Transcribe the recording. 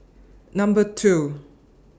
Number two